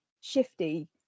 shifty